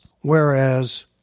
Whereas